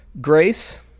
Grace